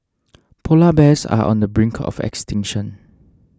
Polar Bears are on the brink of extinction